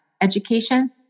education